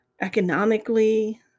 economically